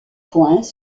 points